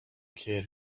kid